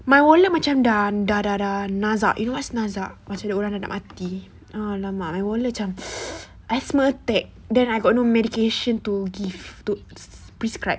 my wallet macam dah dah dah dah nazak you know what's nazak macam orang dah nak mati !alamak! my wallet macam asthmatic then I got no medication to give to prescribe